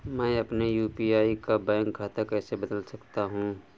मैं अपने यू.पी.आई का बैंक खाता कैसे बदल सकता हूँ?